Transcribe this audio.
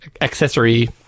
accessory